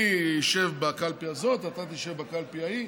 אני אשב בקלפי הזאת ואתה תשב בקלפי ההיא,